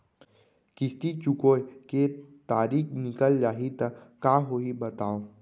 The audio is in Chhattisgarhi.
किस्ती चुकोय के तारीक निकल जाही त का होही बताव?